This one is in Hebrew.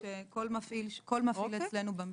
כמו כל מפעיל אצלנו במשרד.